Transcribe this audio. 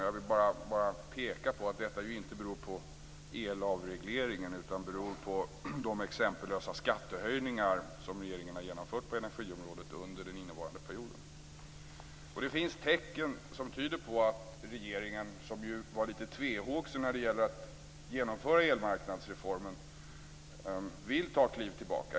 Jag vill bara peka på att detta inte beror på elavregleringen, utan på de exempellösa skattehöjningar som regeringen har genomfört på energiområdet under den innevarande perioden. Det finns tecken som tyder på att regeringen, som var litet tvehågsen när det gällde att genomföra elmarknadsreformen, vill ta kliv tillbaka.